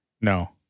no